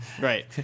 right